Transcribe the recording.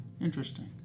Interesting